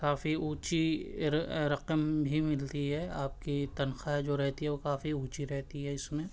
کافی اونچی رقم بھی ملتی ہے آپ کی تنخواہ جو رہتی ہے وہ کافی اونچی رہتی ہے اس میں